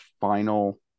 final